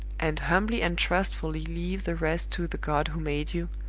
and humbly and trustfully leave the rest to the god who made you,